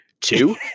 two